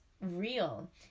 real